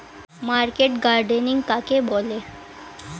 Market gardening কাকে বলে?